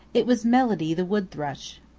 it was melody the wood thrush.